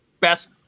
best